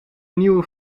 nieuwe